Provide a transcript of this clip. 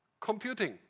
computing